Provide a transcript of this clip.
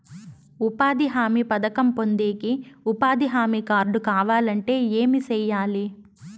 ఉపాధి హామీ పథకం పొందేకి ఉపాధి హామీ కార్డు కావాలంటే ఏమి సెయ్యాలి?